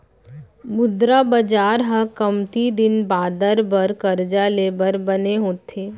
मुद्रा बजार ह कमती दिन बादर बर करजा ले बर बने होथे